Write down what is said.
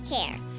care